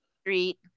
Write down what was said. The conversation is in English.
street